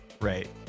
Right